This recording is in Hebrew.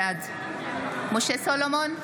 בעד משה סולומון,